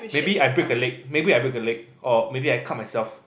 maybe I break a leg maybe I break a leg or maybe I cut myself